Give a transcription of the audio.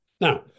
Now